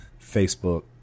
Facebook